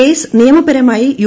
case നിയമപരമായി U